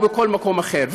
או בכל מקום אחר,